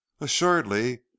assuredly